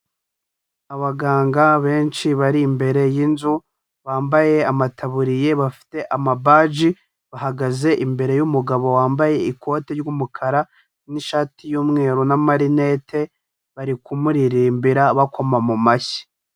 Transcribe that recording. Abaganga benshi bari imbere y'inzu, bambaye amataburiya bafite amabaji, bahagaze imbere y'umugabo wambaye ikoti ry'umukara n'ishati y'umweru n'amarinete, bari kumuririmbira bakoma mu mashyi.